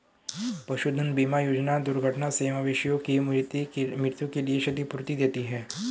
पशुधन बीमा योजना दुर्घटना से मवेशियों की मृत्यु के लिए क्षतिपूर्ति देती है